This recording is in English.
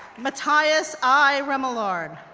matthias i. remillard,